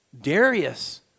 Darius